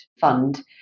fund